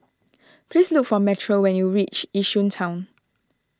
please look for Metro when you reach Yishun Town